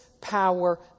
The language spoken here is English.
power